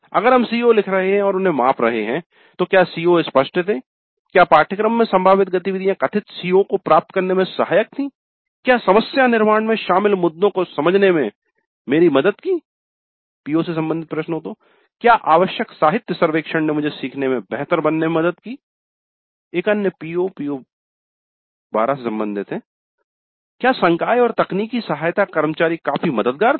अगर हम CO लिख रहे हैं और उन्हें माप रहे हैं तो क्या सीओ स्पष्ट थे क्या पाठ्यक्रम में संभावित गतिविधियां कथित CO को प्राप्त करने में सहायक थीं क्या समस्या निर्माण में शामिल मुद्दों को समझने में मेरी मदद की PO से संबंधित क्या आवश्यक साहित्य सर्वेक्षण ने मुझे स्वयं सीखने में बेहतर बनने में मदद की एक अन्य PO PO12 से संबंधित है क्या संकाय और तकनीकी सहायता कर्मचारी काफी मददगार थे